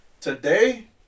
Today